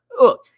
Look